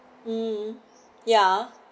mm ya